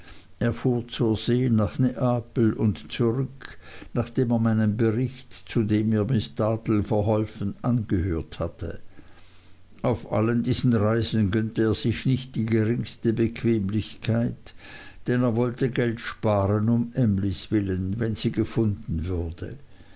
fuhr zur see nach neapel und zurück nachdem er meinen bericht zu dem mir miß dartle verholfen angehört hatte auf allen diesen reisen gönnte er sich nicht die geringste bequemlichkeit denn er wollte geld sparen um emlys willen wenn sie gefunden würde